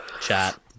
Chat